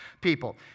people